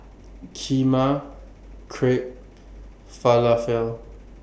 Kheema Crepe Falafel